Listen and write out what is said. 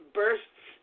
bursts